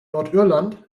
nordirland